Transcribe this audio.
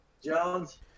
Jones